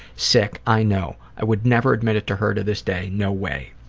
sick, i know. i would never admit it to her to this day. no way.